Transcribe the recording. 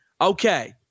Okay